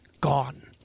gone